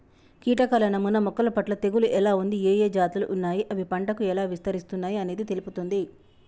కీటకాల నమూనా మొక్కలపట్ల తెగులు ఎలా ఉంది, ఏఏ జాతులు ఉన్నాయి, అవి పంటకు ఎలా విస్తరిస్తున్నయి అనేది తెలుపుతుంది